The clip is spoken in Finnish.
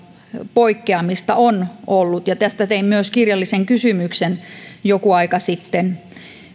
poikkeamista on ollut ja tästä tein myös kirjallisen kysymyksen joku aika sitten